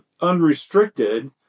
unrestricted